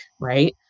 right